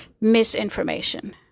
misinformation